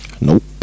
Nope